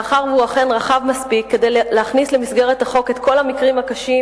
מאחר שהוא אכן רחב מספיק כדי להכניס למסגרת החוק את כל המקרים הקשים,